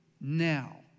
now